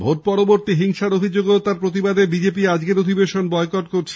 vote পরবর্তী হিংসার অভিযোগ ও তার প্রতিবাদে বিজেপি আজকের অধিবেশন বয়কট করছে